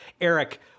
Eric